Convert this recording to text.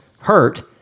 hurt